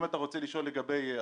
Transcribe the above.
אם אתה רוצה לשאול לגבי עסקים,